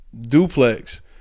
duplex